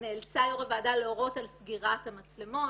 נאלצה יו"ר הוועדה להורות על סגירת המצלמות,